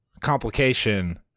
complication